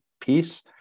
piece